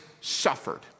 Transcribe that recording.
suffered